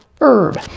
herb